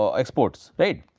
ah exports right.